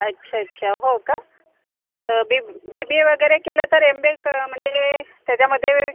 अच्छा अच्छा हो का बी बी बी ए वगैरे केलं तर एमबे क म्हणजे त्याच्यामध्ये